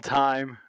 time